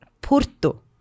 Porto